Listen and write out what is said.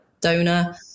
donor